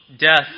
death